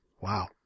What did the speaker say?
Wow